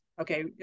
Okay